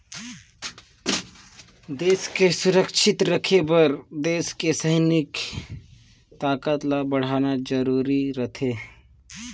देस के सुरक्छा करे बर देस के सइनिक ताकत ल बड़हाना जरूरी रथें